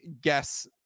guess –